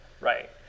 Right